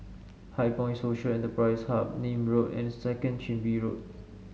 HighPoint Social Enterprise Hub Nim Road and Second Chin Bee Road